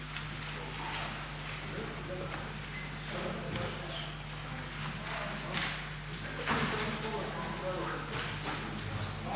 Hvala vam